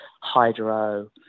hydro